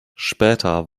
später